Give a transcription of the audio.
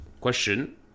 Question